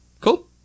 Cool